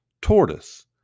Tortoise